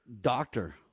doctor